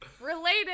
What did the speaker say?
Related